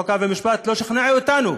חוק ומשפט לא שכנע אותנו.